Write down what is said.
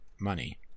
money